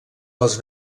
les